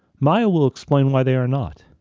maya will explain why they are not.